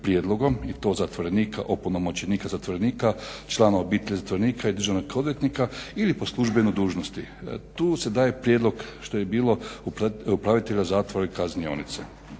i to zatvorenika, opunomoćenika zatvorenika, člana obitelji zatvorenika i državnog odvjetnika ili po službenoj dužnosti. Tu se daje prijedlog što je bilo upravitelja zatvora i kaznionice.